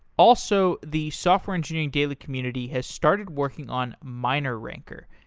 also, the software engineering daily community has started working on mineranker.